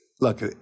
look